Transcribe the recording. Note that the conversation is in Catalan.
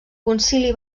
concili